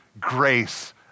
grace